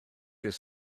dydd